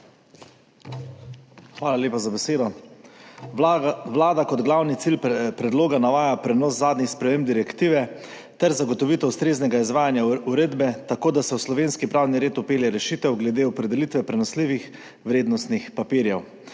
Hvala lepa za besedo. Vlada kot glavni cilj predloga navaja prenos zadnjih sprememb direktive ter zagotovitev ustreznega izvajanja uredbe, tako da se v slovenski pravni red vpelje rešitev glede opredelitve prenosljivih vrednostnih papirjev,